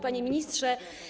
Panie Ministrze!